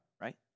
right